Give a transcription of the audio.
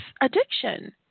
addiction